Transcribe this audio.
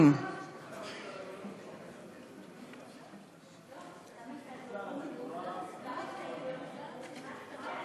20. ההסתייגות (20) של חברי הכנסת אורלי לוי אבקסיס,